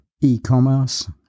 e-commerce